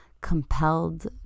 compelled